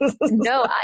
no